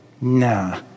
nah